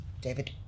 david